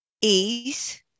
ease